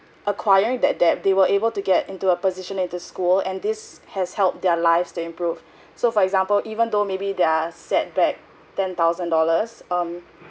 acquiring that debt they were able to get into a position into school and this has helped their lives to improve so for example even though maybe they are setback ten thousand dollars um